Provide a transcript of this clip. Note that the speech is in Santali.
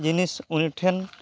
ᱡᱤᱱᱤᱥ ᱩᱱᱤ ᱴᱷᱮᱱ